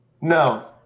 No